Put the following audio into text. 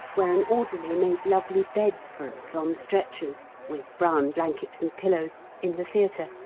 where an orderly made lovely beds for us on stretchers, with brown blankets and pillows, in the theatre,